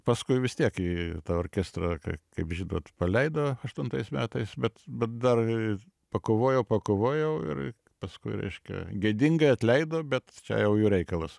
paskui vis tiek į tą orkestrą kai kaip žinot paleido aštuntais metais bet dar pakovojau pakovojau ir paskui reiškia gėdingai atleido bet čia jau jų reikalas